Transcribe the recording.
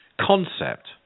concept